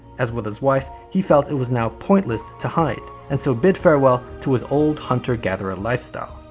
as with his wife, he felt it was now pointless to hide. and so bid farewell to his old hunter-gatherer lifestyle.